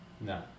No